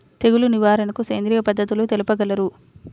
తెగులు నివారణకు సేంద్రియ పద్ధతులు తెలుపగలరు?